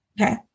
Okay